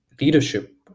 leadership